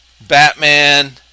Batman